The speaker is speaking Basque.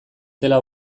zela